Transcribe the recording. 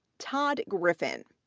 todd griffin,